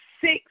six